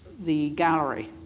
the gallery.